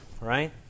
right